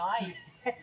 Nice